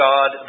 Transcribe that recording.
God